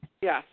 Yes